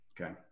Okay